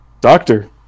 doctor